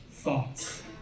Thoughts